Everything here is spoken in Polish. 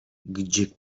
gdzie